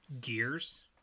gears